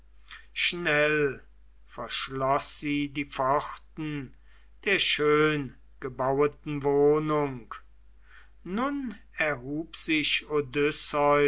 schnell verschloß sie die pforten der schöngebaueten wohnung nun erhub sich